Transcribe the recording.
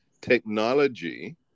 technology